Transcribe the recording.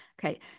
Okay